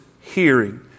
hearing